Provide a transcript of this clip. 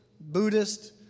Buddhist